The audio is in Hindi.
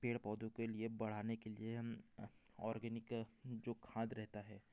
पेड़ पौधों के लिए बढ़ाने के लिए ऑर्गेनिक जो खाद रहता है